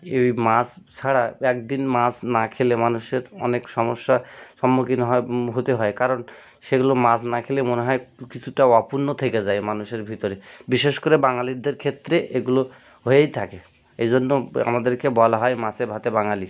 এই মাছ ছাড়া এক দিন মাছ না খেলে মানুষের অনেক সমস্যা সম্মুখীন হয় হতে হয় কারণ সেগুলো মাছ না খেলে মনে হয় একটু কিছুটা অপূর্ণ থেকে যায় মানুষের ভিতরে বিশেষ করে বাঙালিদের ক্ষেত্রে এগুলো হয়েই থাকে এই জন্য আমাদেরকে বলা হয় মাছে ভাতে বাঙালি